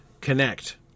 connect